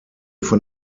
von